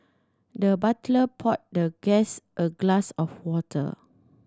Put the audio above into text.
the butler poured the guest a glass of water